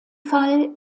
fall